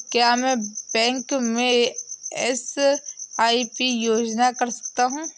क्या मैं बैंक में एस.आई.पी योजना कर सकता हूँ?